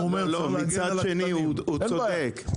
הוא צודק,